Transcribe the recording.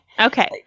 Okay